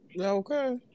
Okay